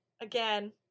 Again